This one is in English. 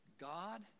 God